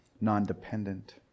non-dependent